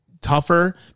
tougher